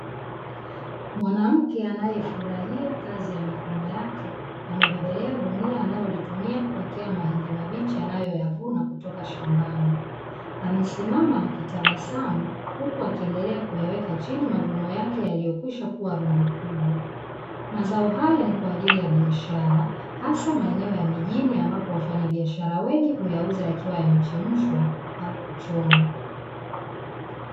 Mwanamke anaefurahia kazi ya mikoní yake amebebelea gunia aliliotumia kuwekea mahindi mabichi alinayoyavuna kutoka shambani , amesimama akitabasamu, huku akiendelea akiyaweka chini mahindi yaliyokwisha kuwa rundo kubwa. Mazao haya ni kwaajili ya biashara hasa maeneo ya mijini ambapo wafanya biashara, wengi huyauza yakiwa yamechemshwa ama kuchomwa .